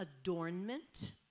adornment